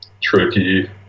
tricky